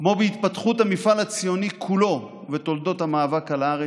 כמו בהתפתחות המפעל הציוני כולו ותולדות המאבק על הארץ,